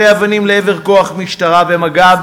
יידויי אבנים לעבר כוח משטרה ומג"ב,